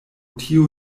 tio